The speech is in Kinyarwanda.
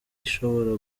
ishobora